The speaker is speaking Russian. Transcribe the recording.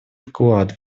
вклад